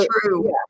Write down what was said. true